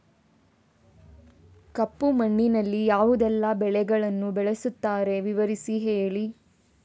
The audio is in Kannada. ಕಪ್ಪು ಮಣ್ಣಿನಲ್ಲಿ ಯಾವುದೆಲ್ಲ ಬೆಳೆಗಳನ್ನು ಬೆಳೆಸುತ್ತಾರೆ ವಿವರಿಸಿ ಹೇಳಿ